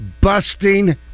busting